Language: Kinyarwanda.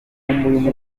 makuru